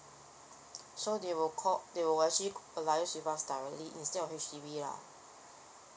so they will call they will actually liaise with us directly instead of H_D_B lah